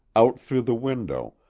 out through the window,